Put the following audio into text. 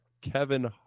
Kevin